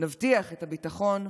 נבטיח את הביטחון,